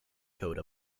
code